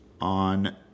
on